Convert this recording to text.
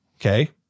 Okay